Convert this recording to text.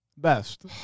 Best